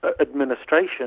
administration